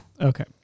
Okay